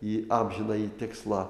į amžinąjį tikslą